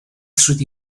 through